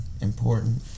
important